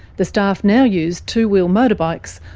the staff now use two-wheel motorbikes,